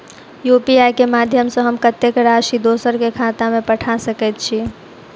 UPI केँ माध्यम सँ हम कत्तेक राशि दोसर केँ खाता मे पठा सकैत छी?